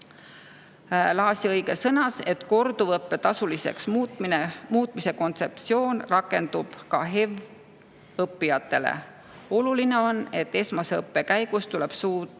Laasi-Õige sõnas, et korduvõppe tasuliseks muutmise kontseptsioon rakendub ka HEV-õppijatele. Oluline on, et esmase õppe käigus tuleb suuta